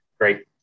Great